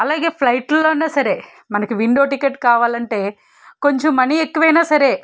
అలాగే ఫ్లైట్లో అయిన సరే మనకి విండో టికెట్ కావాలంటే కొంచెం మనీ ఎక్కువ అయిన సరే